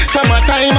Summertime